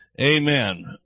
Amen